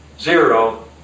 zero